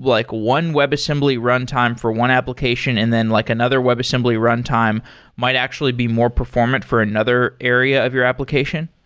like one web assembly runtime for one application and then like another web assembly runtime might actually be more performant for another area of your application?